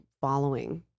following